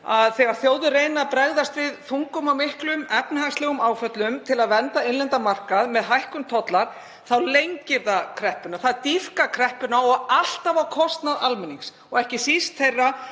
að þegar þjóðir reyna að bregðast við þungum og miklum efnahagslegum áföllum og vernda innlendan markað með hækkun tolla þá lengir það kreppuna, það dýpkar kreppuna og alltaf á kostnað almennings og ekki síst þeirra